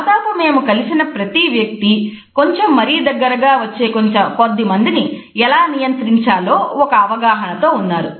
దాదాపు మేము కలసిన ప్రతి వ్యక్తి కొంచెం మరీ దగ్గరగా వచ్చే కొద్ది మందిని ఎలా నియంత్రించాలో ఒక అవగాహన తో ఉన్నారు